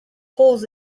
holes